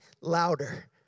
louder